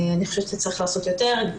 אני חושבת שצריך לעשות יותר.